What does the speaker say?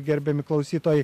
gerbiami klausytojai